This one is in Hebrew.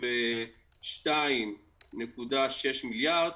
32.6 מיליארד,